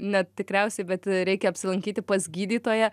ne tikriausiai bet reikia apsilankyti pas gydytoją